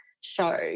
show